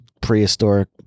prehistoric